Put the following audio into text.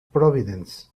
providence